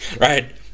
Right